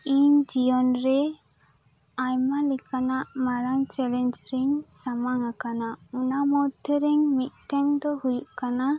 ᱤᱧ ᱡᱤᱭᱚᱱ ᱨᱮ ᱟᱭᱢᱟ ᱞᱮᱠᱟᱱᱟᱜ ᱢᱟᱨᱟᱝ ᱪᱮᱞᱮᱧᱡ ᱨᱮᱧ ᱥᱟᱢᱟᱝ ᱟᱠᱟᱱᱟ ᱚᱱᱟ ᱢᱚᱫᱫᱷᱮ ᱨᱮ ᱢᱤᱫᱴᱮᱱ ᱫᱚ ᱦᱩᱭᱩᱜ ᱠᱟᱱᱟ